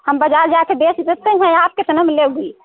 हम बाज़ार जाकर बेच सकते हैं आप कितने में लोगी